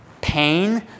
Pain